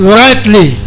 rightly